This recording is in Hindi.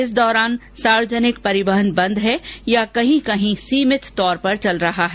इस दौरान सार्वजनिक परिवहन बंद है या कहीं कहीं सीमित तौर पर चल रहा है